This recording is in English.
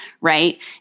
Right